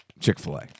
Chick-fil-A